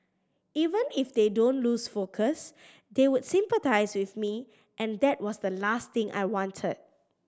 even if they don't lose focus they would sympathise with me and that was the last thing I wanted